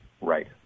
Right